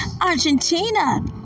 argentina